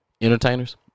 entertainers